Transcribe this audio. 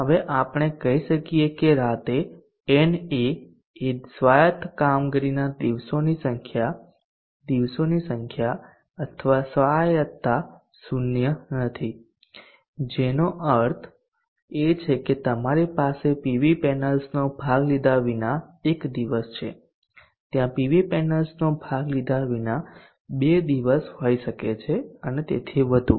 હવે આપણે કહી શકીએ કે રાતે na એ સ્વાયત્ત કામગીરીના દિવસોની સંખ્યા દિવસોની સંખ્યા અથવા સ્વાયત્તતા 0 નથી જેનો અર્થ છે કે તમારી પાસે પીવી પેનલ્સનો ભાગ લીધા વિના 1 દિવસ છે ત્યાં પીવી પેનલ્સનો ભાગ લીધા વિના બે દિવસ હોઈ શકે છે અને તેથી વધુ